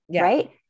right